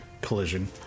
collision